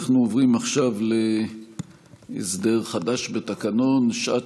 אנחנו עוברים עכשיו להסדר חדש בתקנון: שעת